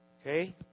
Okay